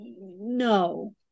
No